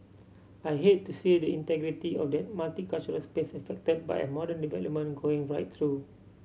I'd hate to see the integrity of that multicultural space affected by a modern development going right through